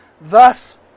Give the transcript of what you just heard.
Thus